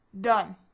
done